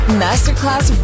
masterclass